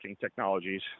technologies